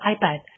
iPad